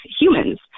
humans